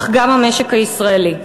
אך גם המשק הישראלי.